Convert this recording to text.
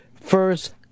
First